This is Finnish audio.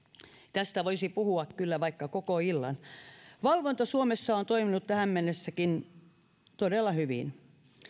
tästä voisi puhua kyllä vaikka koko illan valvonta suomessa on toiminut tähän mennessäkin todella hyvin